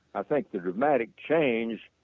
i think, the dramatic change.